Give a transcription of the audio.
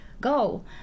go